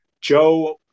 Joe